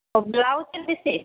ও ব্লাউজের